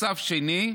מצב שני.